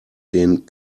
den